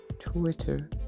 Twitter